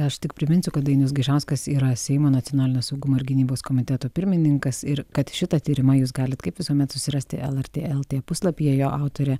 aš tik priminsiu kad dainius gaižauskas yra seimo nacionalinio saugumo ir gynybos komiteto pirmininkas ir kad šitą tyrimą jūs galit kaip visuomet susirasti lrt lt puslapyje jo autorė